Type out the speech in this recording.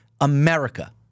America